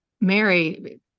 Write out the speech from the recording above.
Mary